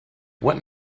what